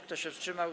Kto się wstrzymał?